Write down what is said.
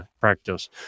practice